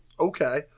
Okay